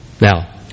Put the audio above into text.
Now